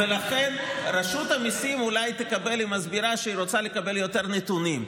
רשות המיסים מסבירה שהיא רוצה לקבל יותר נתונים,